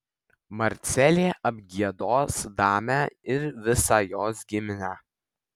marcelė apgiedos damę ir visą jos giminę